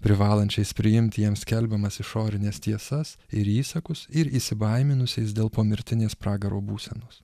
privalančiais priimti jiem skelbiamas išorines tiesas ir įsakus ir įsibaiminusiais dėl pomirtinės pragaro būsenos